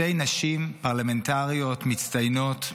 שתי נשים, פרלמנטריות מצטיינות,